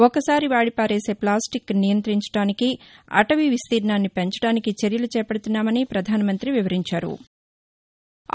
ఒకసారి వాడి పారేసే ప్లాస్టిక్ను నియంతించడానికి అటవీ విస్తీర్ణాన్ని పెంచడానికి చర్యలు చేపడుతున్నామని ప్రధానమంత్రి వివరించారు